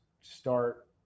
start